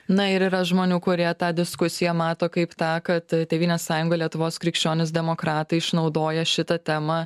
na ir yra žmonių kurie tą diskusiją mato kaip tą kad tėvynės sąjunga lietuvos krikščionys demokratai išnaudoja šitą temą